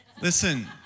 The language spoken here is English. Listen